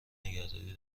نگهداری